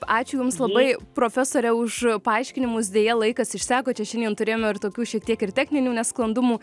ačiū jums labai profesore už paaiškinimus deja laikas išseko čia šiandien turėjome ir tokių šiek tiek ir techninių nesklandumų